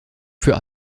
für